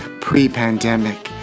pre-pandemic